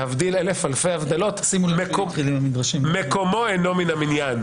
להבדיל אלף אלפי הבדלות, מקומו אינו מן המניין.